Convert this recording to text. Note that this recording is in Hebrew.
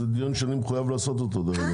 זה דיון שאני מחויב לעשות אותו.